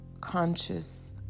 conscious